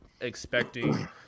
expecting